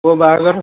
ପୁଅ ବାହାଘର